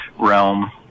Realm